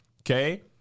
okay